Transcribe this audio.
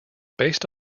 based